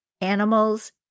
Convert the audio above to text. Animals